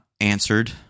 answered